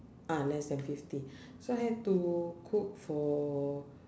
ah less than fifty so I have to cook for